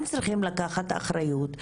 הם צריכים לקחת אחריות,